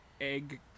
egg